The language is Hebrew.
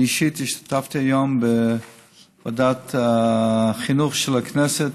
אני אישית השתתפתי היום בוועדת החינוך של הכנסת,